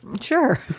sure